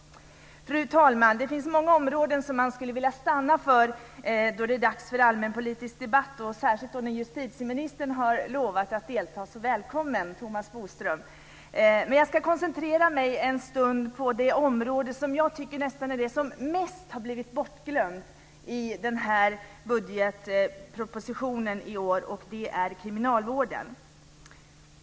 Det finns många områden som man skulle vilja stanna vid då det är dags för allmänpolitisk debatt, särskilt som justitieministern har lovat att delta. Välkommen, Thomas Bodström! En stund ska jag koncentrera mig på det område som jag tycker kanske är det område som blivit mest bortglömt i årets budgetproposition, nämligen kriminalvården.